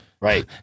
Right